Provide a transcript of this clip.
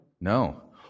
No